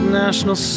national